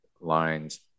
lines